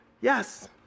Yes